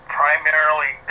primarily